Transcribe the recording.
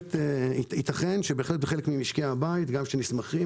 ייתכן שבהחלט בחלק ממשקי הבית שנסמכים